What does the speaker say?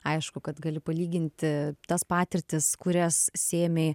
aišku kad gali palyginti tas patirtis kurias sėmei